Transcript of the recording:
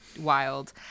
wild